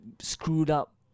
screwed-up